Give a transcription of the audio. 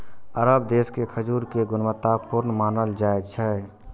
अरब देश के खजूर कें गुणवत्ता पूर्ण मानल जाइ छै